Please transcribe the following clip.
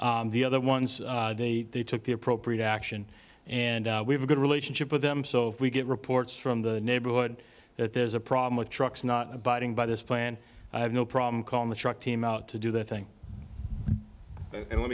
the other ones they took the appropriate action and we have a good relationship with them so we get reports from the neighborhood that there's a problem with trucks not abiding by this plan i have no problem calling the truck team out to do their thing and